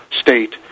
state